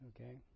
Okay